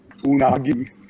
Unagi